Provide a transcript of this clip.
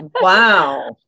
Wow